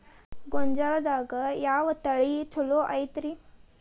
ಗೊಂಜಾಳದಾಗ ಯಾವ ತಳಿ ಛಲೋ ಐತ್ರಿ?